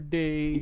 day